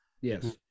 yes